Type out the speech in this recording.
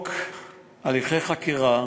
חוק הליכי חקירה